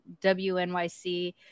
WNYC